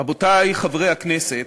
רבותי חברי הכנסת,